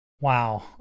Wow